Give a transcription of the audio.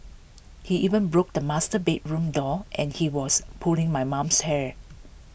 he even broke the master bedroom door and he was pulling my mum's hair